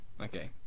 okay